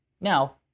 Now